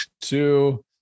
two